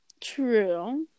true